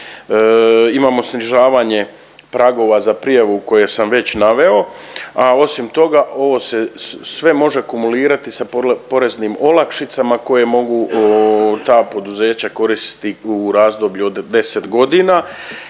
Imamo snižavanje pragova za prijavu koje sam već naveo, a osim toga ovo se sve može akumulirati sa poreznim olakšicama koje mogu ta poduzeća koristiti u razdoblju od 10 godina.